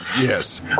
Yes